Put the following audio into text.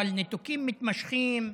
אבל ניתוקים מתמשכים,